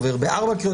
עובר ב-4 קריאות.